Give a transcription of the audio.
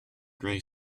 grey